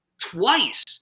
twice